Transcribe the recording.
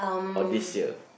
or this year